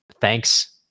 thanks